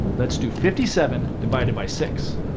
let's do fifty seven divided by six.